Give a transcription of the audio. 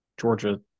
Georgia